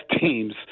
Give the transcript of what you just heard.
teams